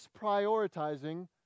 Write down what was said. misprioritizing